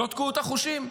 זאת קהות החושים?